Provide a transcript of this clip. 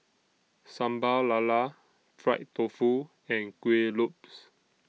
Sambal Lala Fried Tofu and Kueh Lopes